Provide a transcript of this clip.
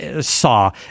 saw